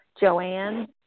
Joanne